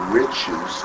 riches